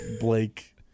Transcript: Blake